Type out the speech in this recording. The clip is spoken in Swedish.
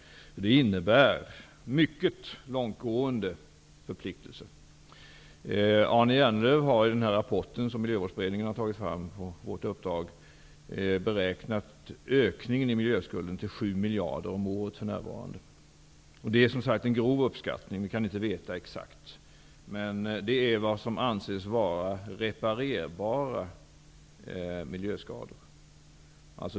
Den innebär mycket långtgående förpliktelser. Arne Jernlöv har i en rapport som Miljövårdsberedningen tagit fram på departementets uppdrag beräknat ökningen i miljöskulden till för närvarande 7 miljarder om året. Det är en grov uppskattning, eftersom man inte kan veta exakt. Men det är vad som anses vara reparerbara miljöskador.